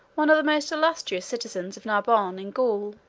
one of the most illustrious citizens of narbonne in gaul.